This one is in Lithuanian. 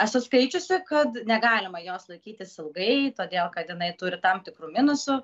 esu skaičiusi kad negalima jos laikytis ilgai todėl kad jinai turi tam tikrų minusų